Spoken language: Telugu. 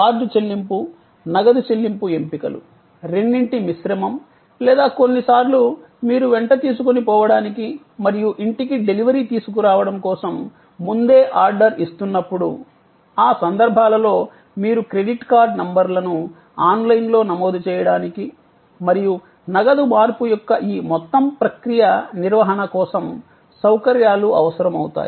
కార్డు చెల్లింపు నగదు చెల్లింపు ఎంపికలు రెండింటి మిశ్రమం లేదా కొన్నిసార్లు మీరు వెంట తీసుకుని పోవడానికి మరియు ఇంటికి డెలివరీ తీసుకురావడం కోసం ముందే ఆర్డర్ ఇస్తున్నప్పుడు ఆ సందర్భాలలో మీరు క్రెడిట్ కార్డ్ నంబర్లను ఆన్లైన్లో నమోదు చేయడానికి మరియు నగదు మార్పు యొక్క ఈ మొత్తం ప్రక్రియ నిర్వహణ కోసం సౌకర్యాలు అవసరమవుతాయి